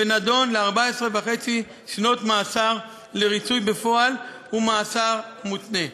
ונידון ל-14.5 שנות מאסר לריצוי בפועל ומאסר מותנה.